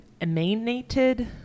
emanated